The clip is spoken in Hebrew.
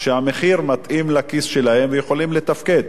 שהמחיר מתאים לכיס שלהם והם יכולים לתפקד.